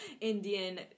Indian